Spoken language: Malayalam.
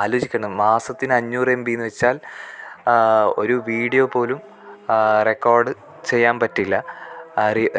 ആലോചിക്കണം മാസത്തിന് അഞ്ഞൂറെമ്പീന്ന് വെച്ചാൽ ഒരു വീഡിയോ പോലും റെക്കോഡ് ചെയ്യാൻ പറ്റില്ല